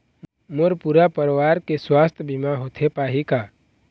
मोर पूरा परवार के सुवास्थ बीमा होथे पाही का?